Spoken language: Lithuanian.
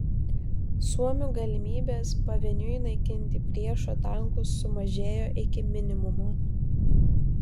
suomių galimybės pavieniui naikinti priešo tankus sumažėjo iki minimumo